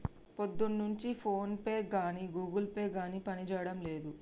పొద్దున్నుంచి ఫోన్పే గానీ Google Pay గానీ పనిజేయడం లేదు